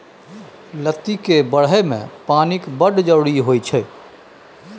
लत्ती केर बढ़य मे पानिक बड़ जरुरी होइ छै